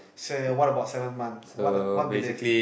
say what about seventh month what the what belief